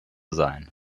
sein